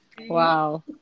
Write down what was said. Wow